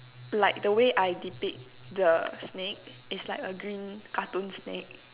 like the way I depict the snake is like a green cartoon snake